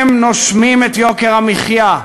הם נושמים את יוקר המחיה,